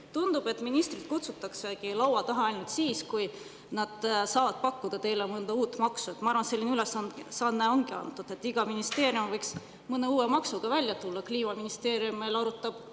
Tundub, et ministrid kutsutaksegi laua taha ainult siis, kui nad saavad pakkuda teile mõnda uut maksu. Ma arvan, selline ülesanne ongi antud, et iga ministeerium võiks mõne uue maksuga välja tulla. Kliimaministeerium arutab